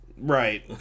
Right